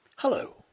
Hello